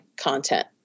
content